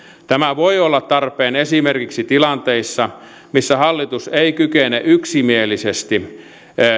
tämä voi olla tarpeen esimerkiksi tilanteissa missä hallitus ei kykene yksimielisesti